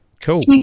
cool